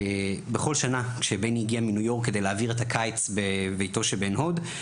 בכל שנה כשבני הגיע מניו יורק כדי להעביר את הקיץ בביתו שבעין הוד,